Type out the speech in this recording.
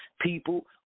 people